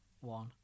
one